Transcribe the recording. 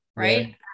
Right